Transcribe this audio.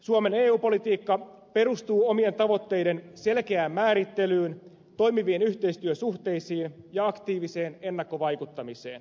suomen eu politiikka perustuu omien tavoitteiden selkeään määrittelyyn toimiviin yhteistyösuhteisiin ja aktiiviseen ennakkovaikuttamiseen